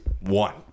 one